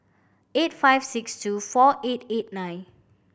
eight five six two four eight eight nine